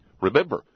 Remember